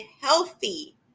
healthy